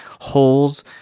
holes